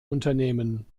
unternehmen